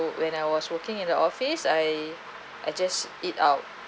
when I was working in the office I I just eat out